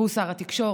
והוא שר התקשורת,